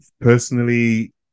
personally